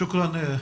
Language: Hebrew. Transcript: תודה.